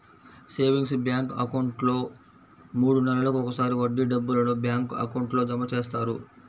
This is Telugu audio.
సేవింగ్స్ బ్యాంక్ అకౌంట్లో మూడు నెలలకు ఒకసారి వడ్డీ డబ్బులను బ్యాంక్ అకౌంట్లో జమ చేస్తారు